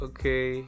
Okay